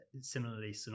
Similarly